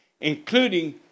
including